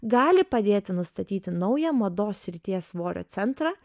gali padėti nustatyti naują mados srities svorio centrą